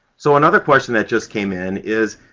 so another question that just came in is,